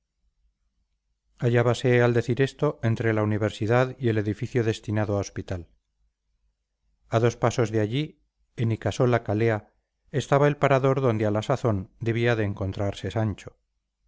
caballerías hallábase al decir esto entre la universidad y el edificio destinado a hospital a dos pasos de allí en lkasola kalea estaba el parador donde a la sazón debía de encontrarse sancho